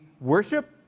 worship